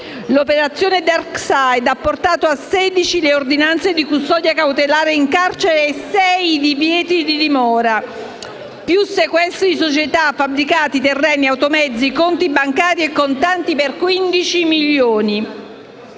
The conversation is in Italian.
L'operazione Dark Side ha portato a sedici le ordinanze di custodia cautelare in carcere e sei divieti di dimora, più sequestri di società, fabbricati, terreni, automezzi, conti bancari e contanti per 15 milioni